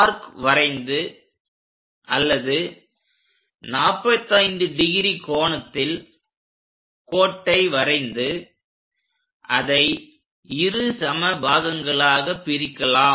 arc வரைந்து அல்லது 45° கோணத்தில் கோட்டை வரைந்து அதை இரு சம பாகங்களாகப் பிரிக்கலாம்